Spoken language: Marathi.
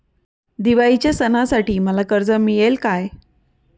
दिवाळीच्या सणासाठी मला कर्ज मिळेल काय?